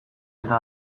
eta